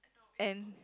and